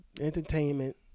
entertainment